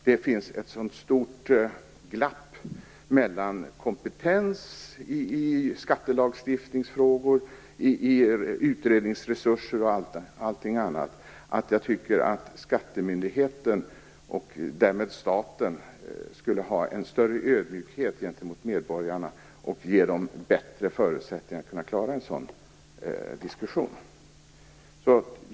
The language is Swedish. Det finns ett så stort glapp mellan kompetens i skattelagstiftningsfrågor, i utredningsresuser och annat att jag tycker att skattemyndigheten och därmed staten skulle visa en större ödmjukhet gentemot medborgarna och ge dem bättre förutsättningar att klara en sådan diskussion.